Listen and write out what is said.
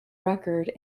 record